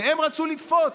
והם רצו לכפות